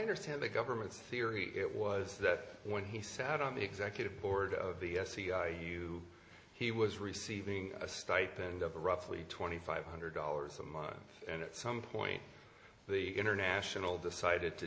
understand the government's theory it was that when he sat on the executive board of the cia you he was receiving a stipend of roughly twenty five hundred dollars a month and at some point the international decided to